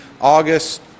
August